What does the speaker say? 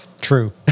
True